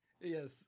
Yes